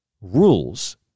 rules